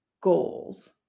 goals